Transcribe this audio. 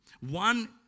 One